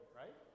right